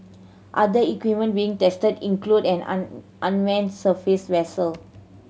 other equipment being tested include an unmanned surface vessel